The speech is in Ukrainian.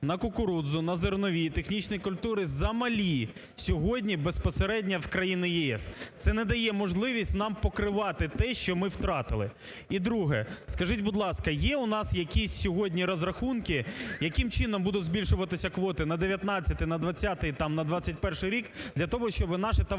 на кукурудзу, на зернові і технічні культури замалі сьогодні безпосередньо в країни ЄС. Це не надає можливість нам покривати те, що ми втратили. І друге. Скажіть, будь ласка, є у нас якісь сьогодні розрахунки, яким чином будуть збільшуватися квоти на 19-й, на 20-й, там на 21-й рік? Для того, щоби наші товаровиробники,